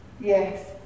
Yes